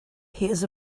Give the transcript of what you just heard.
hears